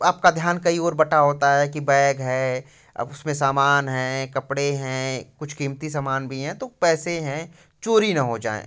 आपका ध्यान कहीं और बँटा होता है कि बैग है अब उसमें सामान हैं कपड़े हैं कुछ कीमती सामान भी हैं तो पैसे हैं चोरी ना हो जाएँ